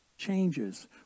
changes